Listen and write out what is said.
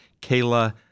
Kayla